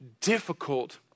difficult